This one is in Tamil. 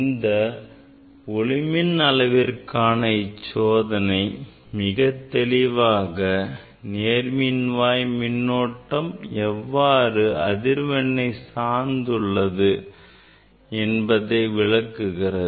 இந்த ஒளிமின் விளைவிற்கான இச்சோதனை மிகத்தெளிவாக நேர் மின்வாய் மின்னோட்டம் எவ்வாறு அதிர்வெண்ணை சார்ந்துள்ளது என்பதை விளக்குகிறது